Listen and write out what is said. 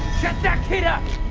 shut that kid up!